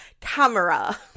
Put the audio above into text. Camera